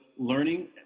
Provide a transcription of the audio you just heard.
learning